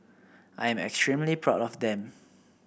I am extremely proud of them